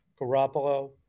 Garoppolo